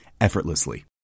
effortlessly